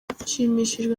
nshimishijwe